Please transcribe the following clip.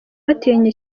batinya